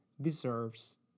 deserves